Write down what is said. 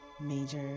major